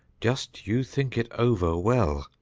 just you think it over well.